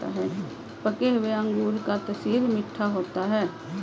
पके हुए अंगूर का तासीर मीठा होता है